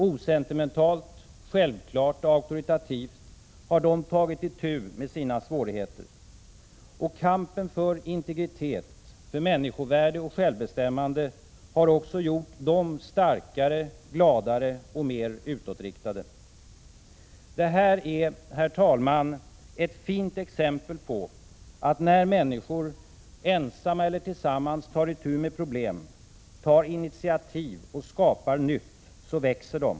Osentimentalt, självklart och auktoritativt har de tagit itu med sina svårigheter. Och kampen för integritet, människovärde och självbestämmande har också gjort dem starkare, gladare och mer utåtriktade. Detta är, herr talman, ett fint exempel på att när människor, ensamma eller tillsammans, tar itu med problem, tar initiativ och skapar nytt, så växer de.